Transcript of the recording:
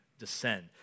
descend